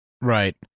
right